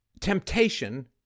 Temptation